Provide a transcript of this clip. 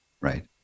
Right